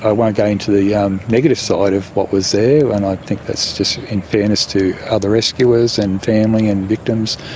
i won't go into the um negative side of what was there and i think that's just in fairness to other rescuers and family and victims,